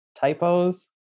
typos